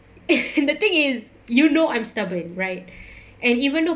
and the thing is you know I'm stubborn right and even though